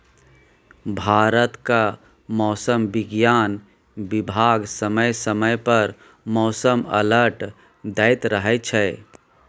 भारतक मौसम बिज्ञान बिभाग समय समय पर मौसम अलर्ट दैत रहै छै